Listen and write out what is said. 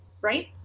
right